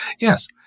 yes